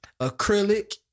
acrylic